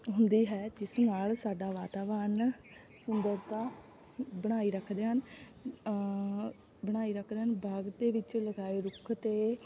ਹੁੰਦੀ ਹੈ ਜਿਸ ਨਾਲ ਸਾਡਾ ਵਾਤਾਵਰਨ ਸੁੰਦਰਤਾ ਬਣਾਈ ਰੱਖਦੇ ਹਨ ਬਣਾਈ ਰੱਖਦੇ ਹਨ ਬਾਗ ਦੇ ਵਿੱਚ ਲਗਾਏ ਰੁੱਖ ਅਤੇ